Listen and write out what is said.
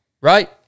right